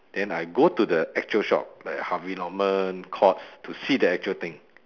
then I go to the actual shop like harvey norman courts to see the actual thing